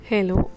Hello